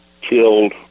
killed